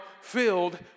filled